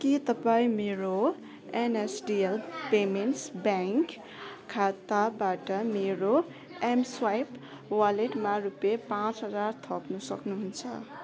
के तपाईँ मेरो एनएसडिएल पेमेन्ट्स ब्याङ्क खाताबाट मेरो एमस्वाइप वालेटमा रुपियाँ पाँच हजार थप्न सक्नुहुन्छ